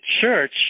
church